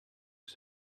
het